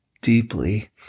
deeply